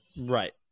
Right